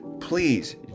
Please